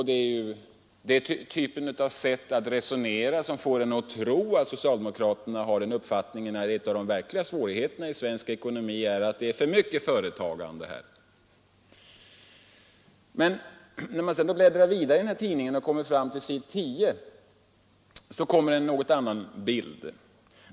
Det är den typen av resonemang som får oss att tro att socialdemokraterna har uppfattningen att en av de verkliga svårigheterna i svensk ekonomi är att vi har för mycket företagande. Men på s. 10 i samma tidning får man en något annan bild.